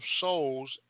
souls